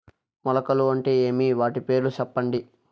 మొలకలు అంటే ఏమి? వాటి పేర్లు సెప్పండి?